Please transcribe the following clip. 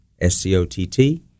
S-C-O-T-T